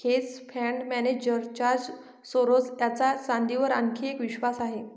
hedge fund manager George Soros यांचा चांदीवर आणखी एक विश्वास आहे